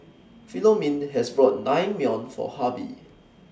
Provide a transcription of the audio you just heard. Philomene bought Naengmyeon For Harvie